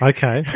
Okay